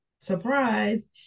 Surprise